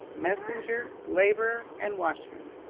messenger, laborer, and watchman.